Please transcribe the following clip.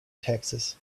taxes